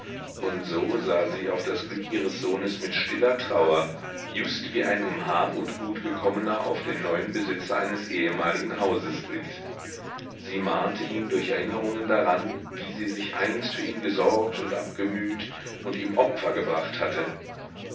und so sah sie auf das glück ihres sohnes mit stiller trauer just wie ein um hab und gut gekommener auf den neuen besitzers eines ehemaligen hauses blickt sie mahnte ihn durch erinnerungen daran wie sie sich einst für ihn gesorgt und abgemüht und ihm opfer gebracht hatte